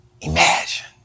Imagine